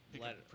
Let